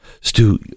Stu